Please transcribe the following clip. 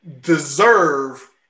deserve